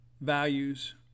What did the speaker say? values